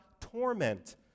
torment